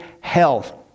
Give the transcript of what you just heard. health